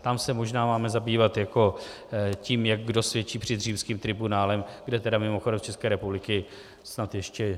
Tam se možná máme zabývat jako tím, jak kdo svědčí před římským tribunálem, kde tedy mimochodem z České republiky snad ještě...